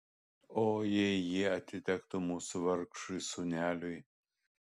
o jei jie atitektų mūsų vargšui sūneliui